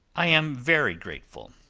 i am very grateful.